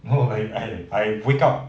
no I I I wake up